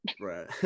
Right